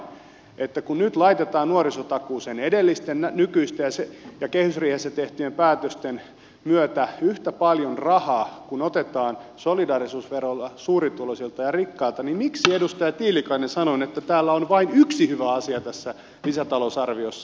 ihmettelen vain että kun nyt laitetaan nuorisotakuuseen edellisten nykyisten ja kehysriihessä tehtyjen päätösten myötä yhtä paljon rahaa kuin otetaan solidaarisuusverolla suurituloisilta ja rikkailta niin miksi edustaja tiilikainen sanoi että täällä on vain yksi hyvä asia tässä lisätalousarviossa